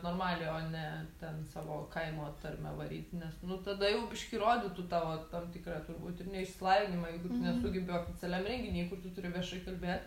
normaliai o ne ten savo kaimo tarme varyt nes nu tada jau biškį rodytų tavo tam tikrą turbūt ir neišsilavinimą jeigu tu nesugebi oficialiam renginy kur tu turi viešai kalbėt